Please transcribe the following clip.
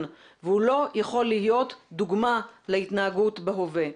והוא לא יכול להיות דוגמה להתנהגות בהווה.